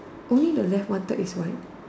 only the left one third is white